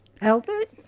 Albert